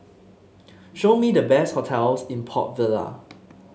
show me the best hotels in Port Vila